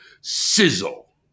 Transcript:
Sizzle